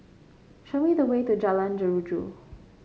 show me the way to Jalan Jeruju